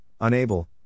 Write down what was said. unable